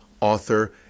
author